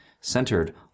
centered